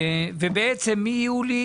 ובעצם מיולי